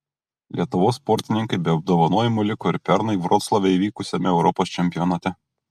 lietuvos sportininkai be apdovanojimų liko ir pernai vroclave įvykusiame europos čempionate